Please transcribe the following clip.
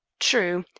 true.